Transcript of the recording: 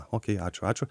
okei ačiū ačiū